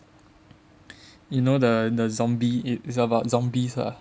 you know the the zombie it is about zombies ah